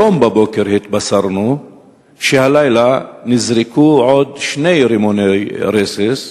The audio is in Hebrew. היום בבוקר התבשרנו שהלילה נזרקו עוד שני רימוני רסס,